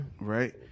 Right